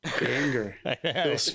Anger